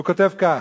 הוא כותב כך: